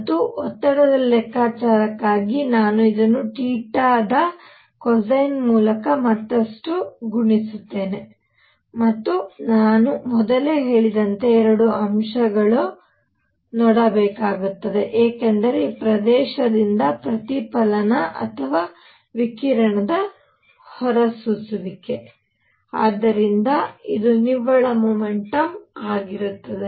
ಮತ್ತು ಒತ್ತಡದ ಲೆಕ್ಕಾಚಾರಕ್ಕಾಗಿ ನಾನು ಇದನ್ನು ಥೀಟಾದ ಕೊಸೈನ್ ಮೂಲಕ ಮತ್ತಷ್ಟು ಗುಣಿಸುತ್ತೇನೆ ಮತ್ತು ನಾನು ಮೊದಲೇ ಹೇಳಿದಂತೆ ಎರಡು ಅಂಶಗಳು ಏಕೆಂದರೆ ಈ ಪ್ರದೇಶದಿಂದ ಪ್ರತಿಫಲನ ಅಥವಾ ವಿಕಿರಣ ಹೊರಸೂಸುವಿಕೆ ಆದ್ದರಿಂದ ಇದು ನಿವ್ವಳ ಮೊಮೆಂಟಮ್ ಆಗಿರುತ್ತದೆ